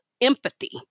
empathy